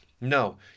No